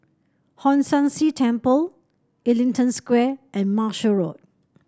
Hong San See Temple Ellington Square and Marshall Road